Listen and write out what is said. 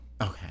Okay